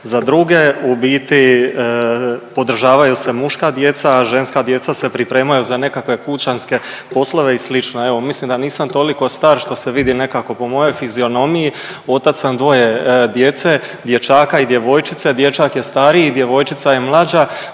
za druge, u biti podržavaju se muška djeca, a ženska djeca se pripremaju za nekakve kućanske poslove i slično. Evo mislim da nisam toliko star što se vidi nekako po mojoj fizionomiji, otac sam dvoje djece, dječak i djevojčice, dječak je stariji, djevojčica je mlađa.